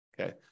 Okay